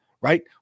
right